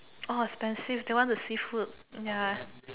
orh expensive that one the seafood ya